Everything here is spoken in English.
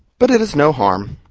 but it is no harm.